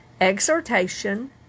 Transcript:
exhortation